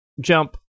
Jump